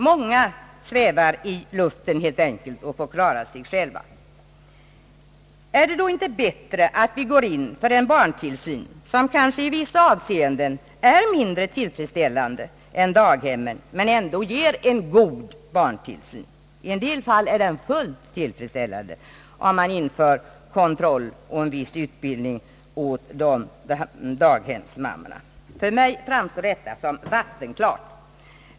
Många »svävar i luften» och får helt enkelt klara sig själva. Är det då inte bättre att vi går in för en barntillsyn som kanske i vissa avseenden är mindre tillfredsställande än daghemmen men ändå ger en god tillsyn? I en del fall vore den fullt tillfredsställande, om man införde kontroll och en viss utbildning av daghemsmammorna. För mig framstår detta som vattenklart.